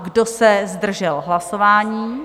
Kdo se zdržel hlasování?